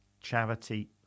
Charity